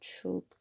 truth